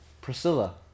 Priscilla